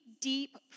deep